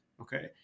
Okay